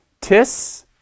Tis